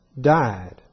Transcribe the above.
died